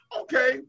okay